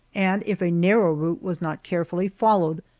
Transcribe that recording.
and if a narrow route was not carefully followed,